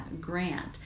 grant